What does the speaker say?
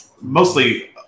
mostly